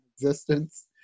existence